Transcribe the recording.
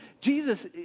Jesus